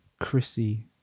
Chrissy